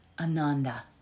Ananda